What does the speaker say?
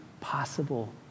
possible